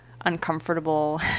uncomfortable